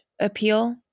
appeal